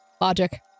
Logic